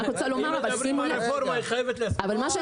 אנחנו מדברים על השכבות הכי חלשות,